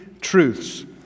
truths